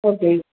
okay